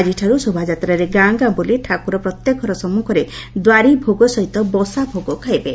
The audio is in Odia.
ଆଜିଠାରୁ ଶୋଭାଯାତ୍ରାରେ ଗାଁ ବୁଲି ଠାକୁର ପ୍ରତ୍ୟେକ ଘର ସମ୍ମୁଖରେ ଦ୍ୱାରି ଭୋଗ ସହିତ ବସା ଭୋଗ ଖାଇବେ